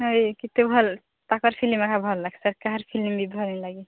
ହୋଇ କେତେ ଭଲ ତାଙ୍କର ସିନେମା ସବୁ ଭଲ ଲାଗେ ଆଉ କାହାର ଫିଲିମ୍ ବି ଭଲ ନା ଲାଗେ